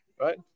right